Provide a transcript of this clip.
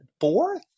fourth